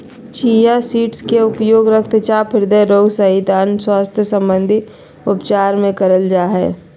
chia seeds के उपयोग रक्तचाप, हृदय रोग सहित अन्य स्वास्थ्य संबंधित उपचार मे करल जा हय